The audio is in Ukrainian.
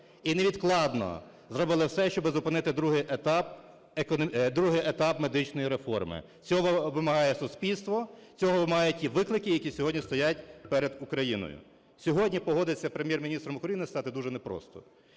і невідкладно зробили все, щоб зупинити другий етап медичної реформи. Цього вимагає суспільство, цього вимагають ті виклики, які сьогодні стоять перед Україною. Сьогодні погодитися Прем'єр-міністром України стати дуже непросто.